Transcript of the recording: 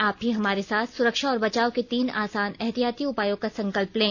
आप भी हमारे साथ सुरक्षा और बचाव के तीन आसान एहतियाती उपायों का संकल्प लें